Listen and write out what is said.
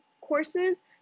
courses